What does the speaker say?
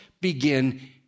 begin